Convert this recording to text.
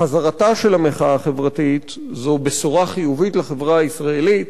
חזרתה של המחאה החברתית זו בשורה חיובית לחברה הישראלית,